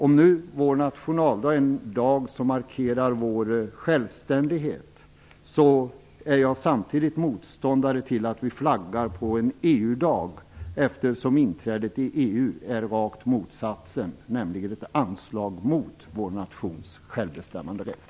Om vår nationaldag är en dag som markerar vår självständighet vill jag säga att jag är motståndare till att vi flaggar på en EU-dag, eftersom inträdet i EU innebär raka motsatsen, nämligen ett anslag mot vår nations självbestämmanderätt.